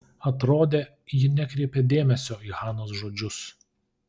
atrodė ji nekreipia dėmesio į hanos žodžius